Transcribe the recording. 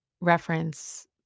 reference